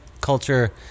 culture